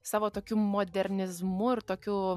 savo tokiu modernizmu ir tokiu